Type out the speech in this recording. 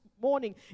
morning